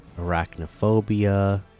Arachnophobia